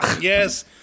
Yes